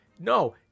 no